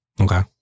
Okay